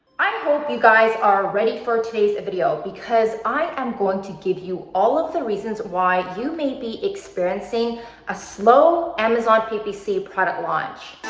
i hope you guys are ready for today's video because i am going to give you all of the reasons why you may be experiencing a slow amazon ppc product launch.